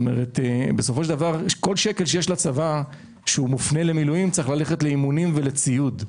כל שקל שיש לצבא שמופנה למילואים צריך ללכת לאימונים ולציוד.